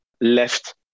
left